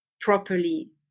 properly